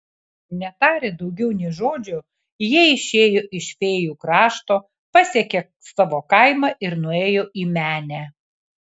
netarę daugiau nė žodžio jie išėjo iš fėjų krašto pasiekė savo kaimą ir nuėjo į menę